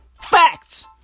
Facts